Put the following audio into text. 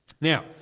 Now